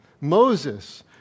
Moses